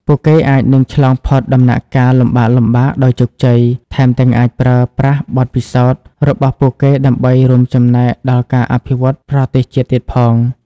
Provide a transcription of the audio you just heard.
ពួកគេអាចនឹងឆ្លងផុតដំណាក់កាលលំបាកៗដោយជោគជ័យ ថែមទាំងអាចប្រើប្រាស់បទពិសោធន៍របស់ពួកគេដើម្បីរួមចំណែកដល់ការអភិវឌ្ឍប្រទេសជាតិទៀតផង។